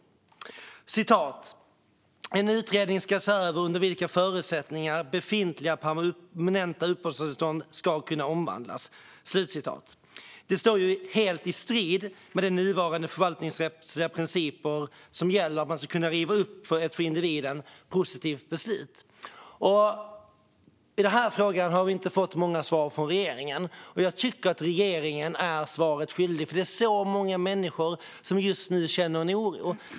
Jag citerar ur Tidöavtalet: "En utredning ska se över under vilka förutsättningar befintliga permanenta uppehållstillstånd ska kunna omvandlas." Att man ska kunna riva upp ett för individen positivt beslut står helt i strid med de förvaltningsrättsliga principer som gäller nu. I den här frågan har vi inte fått många svar från regeringen. Jag tycker att regeringen är svaret skyldig. Det är många människor som just nu känner oro.